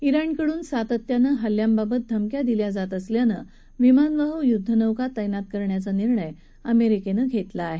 जिणकडून सातत्यानं हल्ल्यांबाबत धमक्या दिल्या जात असल्यानं विमानवाहू युद्धनौका तैनात करायचा निर्णय अमेरिकेनं घेतला आहे